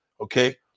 Okay